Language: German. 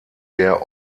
der